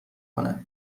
کنه